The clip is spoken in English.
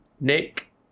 Nick